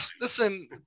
listen